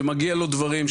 שמגיע לו דברים,